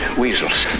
weasels